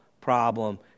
problem